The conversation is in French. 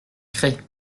crest